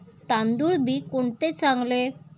तांदूळ बी कोणते चांगले?